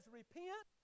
repent